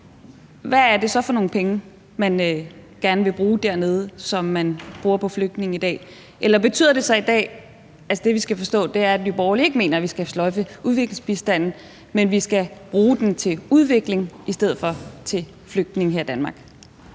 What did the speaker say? hvad er det så for nogle penge, man gerne vil bruge dernede, som man bruger på flygtninge i dag? Eller er det, vi så skal forstå, at Nye Borgerlige ikke mener, at vi skal sløjfe udviklingsbistanden, men at vi skal bruge den til udvikling i stedet for til flygtninge her i Danmark?